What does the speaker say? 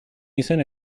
izen